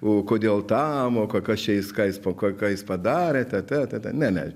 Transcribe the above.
o kodėl tą moka kas čia jis ką jis po ką jis padarė tata tata ne ne